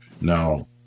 Now